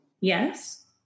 Yes